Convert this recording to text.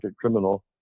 criminal